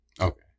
Okay